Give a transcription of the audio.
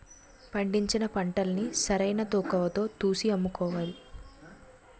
పండించిన పంటల్ని సరైన తూకవతో తూసి అమ్ముకోవాలి